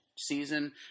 season